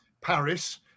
Paris